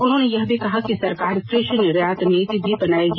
उन्होंने यह भी कहा कि सरकार कृषि निर्यात नीति भी बनाएगी